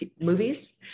movies